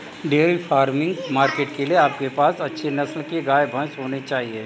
dairy farming market के लिए आपके पास अच्छी नस्ल के गाय, भैंस होने चाहिए